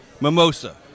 Mimosa